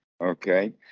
Okay